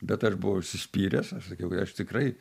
bet aš buvau užsispyręs aš sakiau kad aš tikrai